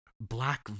black